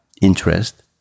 interest